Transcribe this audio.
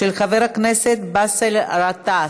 של חבר הכנסת באסל גטאס.